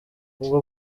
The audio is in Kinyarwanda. ubwo